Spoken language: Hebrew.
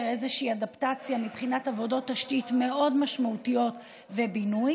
איזושהי אדפטציה מבחינת עבודות תשתית מאוד משמעותיות ובינוי,